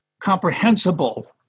comprehensible